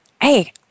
hey